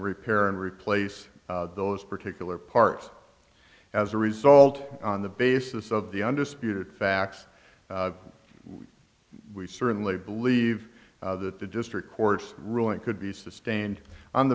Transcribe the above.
repair and replace those particular parts as a result on the basis of the undisputed facts we certainly believe that the district court's ruling could be sustained on the